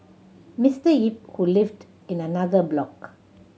Mister Yip who lived in another block